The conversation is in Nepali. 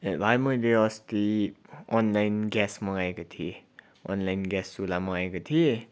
हेर भाइ मैले अस्ति अनलाइन ग्यास मगाएको थिएँ अनलाइन ग्यास चुल्हा मगाएको थिएँ